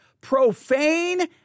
profane